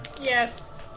Yes